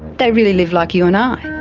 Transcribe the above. they really live like you and i.